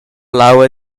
l’aua